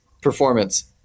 performance